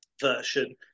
version